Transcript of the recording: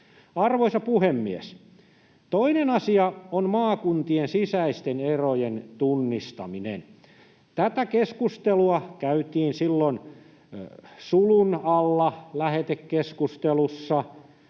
Arvoisa puhemies! Toinen asia on maakuntien sisäisten erojen tunnistaminen. Tätä keskustelua käytiin silloin sulun alla lähetekeskustelussa.